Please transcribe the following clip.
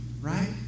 right